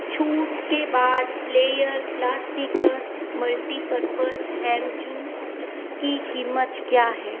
छूट के बाद प्लेयर प्लास्टिकस मल्टीपर्पज हैंगजूस की कीमत क्या है